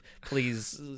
please